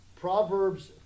Proverbs